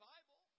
Bible